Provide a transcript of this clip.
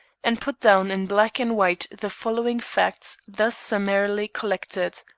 and put down in black and white the following facts thus summarily collected